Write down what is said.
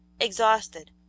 exhausted